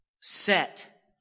Set